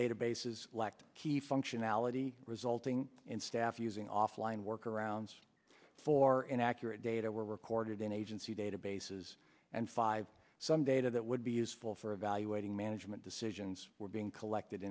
databases lacked key functionality resulting in staff using offline workarounds for inaccurate data were recorded in agency databases and five some data that would be useful for evaluating management decisions were being collected